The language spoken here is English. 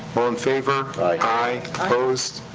all in favor? aye. opposed?